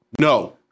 No